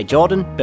Jordan